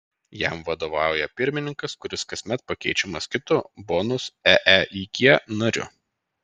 jam vadovauja pirmininkas kuris kasmet pakeičiamas kitu bonus eeig nariu